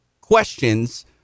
questions